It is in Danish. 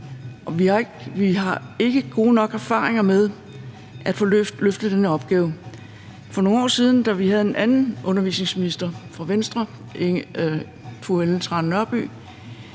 Vi har ikke gode nok erfaringer med at få løftet den her opgave. For nogle år siden – da vi havde en anden undervisningsminister fra Venstre, nemlig fru Ellen Trane Nørby